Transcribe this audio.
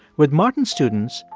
with martin's students,